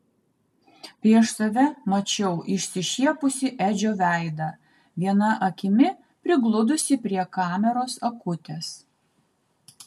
prieš save mačiau išsišiepusį edžio veidą viena akimi prigludusį prie kameros akutės